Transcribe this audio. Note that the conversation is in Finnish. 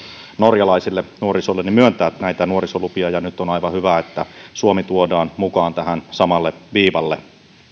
norjalaiselle nuorisolle myöntää näitä nuorisolupia ja nyt on aivan hyvä että suomi tuodaan mukaan tähän samalle viivalle